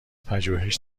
پژوهش